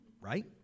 Right